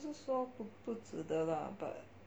不是说不不值得啦 but